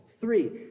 Three